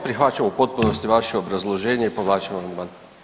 Prihvaćam u potpunosti vaše obrazloženje i povlačim amandman.